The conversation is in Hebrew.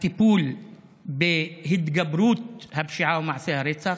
הטיפול בהתגברות הפשיעה ומעשי הרצח,